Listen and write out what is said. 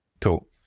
Cool